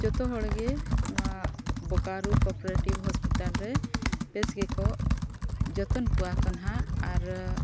ᱡᱷᱚᱛᱚ ᱦᱚᱲ ᱜᱮ ᱱᱚᱣᱟ ᱵᱚᱠᱟᱨᱳ ᱠᱳ ᱳᱯᱟᱨᱮᱴᱤᱵᱷ ᱦᱚᱥᱯᱤᱴᱟᱞ ᱨᱮ ᱵᱮᱥ ᱜᱮᱠᱚ ᱡᱚᱛᱚᱱ ᱠᱚᱣᱟ ᱠᱚ ᱱᱟᱜ ᱟᱨ